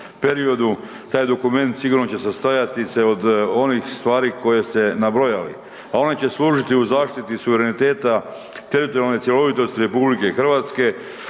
periodu. Taj dokument sigurno će se sastojati se od onih stvari koje ste nabrojali, a one će služiti u zaštiti suvereniteta teritorijalne cjelovitosti RH,